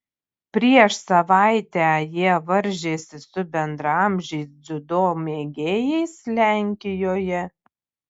prieš savaitę jie varžėsi su bendraamžiais dziudo mėgėjais lenkijoje